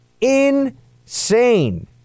insane